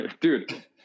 Dude